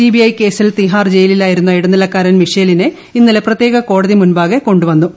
CBI കേസിൽ തീഹാർ ജയിലിലായിരുന്ന ഇടനിലക്കാരൻ മിഷേലിനെ ഇന്നലെ പ്രത്യേക കോടതി മുമ്പാകെ കൊണ്ടുവന്നു